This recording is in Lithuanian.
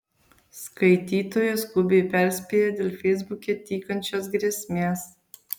skaitytoja skubiai perspėja dėl feisbuke tykančios grėsmės